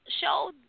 show